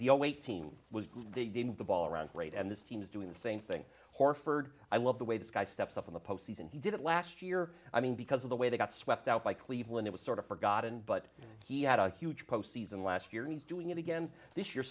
eight team was they didn't the ball around great and this team is doing the same thing horford i love the way this guy steps up in the postseason he did it last year i mean because of the way they got swept out by cleveland it was sort of forgotten but he had a huge postseason last year and he's doing it again this y